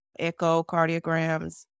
echocardiograms